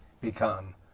become